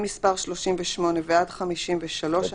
מספר 38 ועד 53. אוקיי.